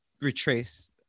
retrace